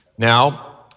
Now